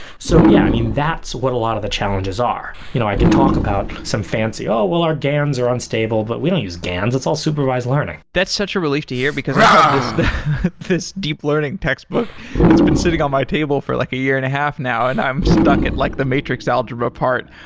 so yeah. i mean, that's what a lot of the challenges are. you know i could talk about some fancy, oh, well our gans are unstable, but we don't use gans. it's all supervised learning that's such a relief to hear, because i have this this deep learning textbook that's been sitting on my table for like a year and a half now, and i'm stuck at like the matrix algebra part.